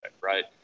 Right